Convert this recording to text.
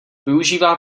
využívá